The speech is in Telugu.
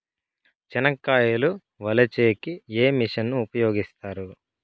చెనక్కాయలు వలచే కి ఏ మిషన్ ను ఉపయోగిస్తారు?